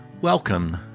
Welcome